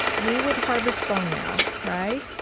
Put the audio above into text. we would harvest bone marrow, right,